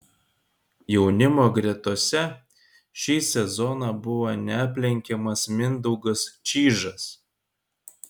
jaunimo gretose šį sezoną buvo neaplenkiamas mindaugas čyžas